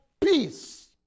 peace